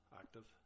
active